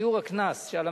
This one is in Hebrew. שיעור ה"קנס" זה לא